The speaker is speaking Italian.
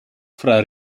fra